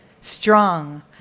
strong